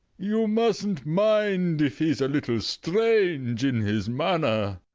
you mustn't mind if he's a little strange in his manner.